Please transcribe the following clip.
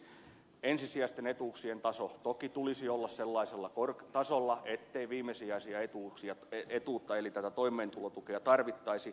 kolmanneksi ensisijaisten etuuksien tason toki tulisi olla sellaisella tasolla ettei viimesijaista etuutta eli toimeentulotukea tarvittaisi